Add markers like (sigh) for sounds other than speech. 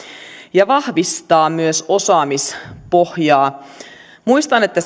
ja vahvistaa myös osaamispohjaa muistan että (unintelligible)